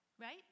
right